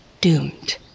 doomed